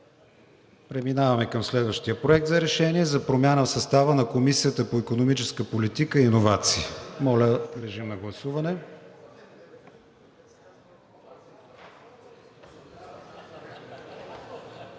Преминаваме към следващия проект за решение – за промяна в състава на Комисията по икономическа политика и иновации. Гласували